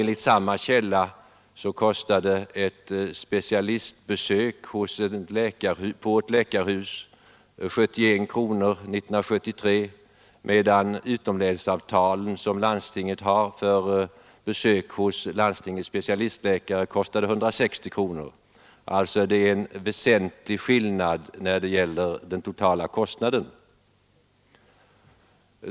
Enligt samma källa kostade ett specialistbesök på ett läkarhus 71 kronor 1973, medan ett besök hos en specialistläkare enligt landstingens utomlänsavtal kostade 160 kronor. Det är alltså en väsentlig skillnad när det gäller den totala kostnaden.